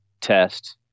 test